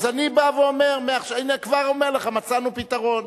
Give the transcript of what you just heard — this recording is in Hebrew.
אז אני כבר אומר לך: מצאנו פתרון,